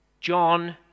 John